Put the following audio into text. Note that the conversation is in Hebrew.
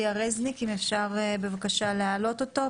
אבל מרגע שקיבלת רישיון ומותר לך לעשות מחקר,